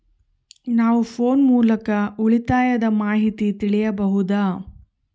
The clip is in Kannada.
ನಾವು ಫೋನ್ ಮೂಲಕ ಉಳಿತಾಯದ ಮಾಹಿತಿ ತಿಳಿಯಬಹುದಾ?